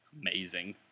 amazing